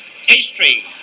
history